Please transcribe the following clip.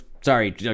sorry